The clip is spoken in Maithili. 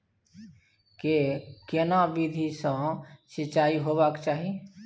के केना विधी सॅ सिंचाई होबाक चाही?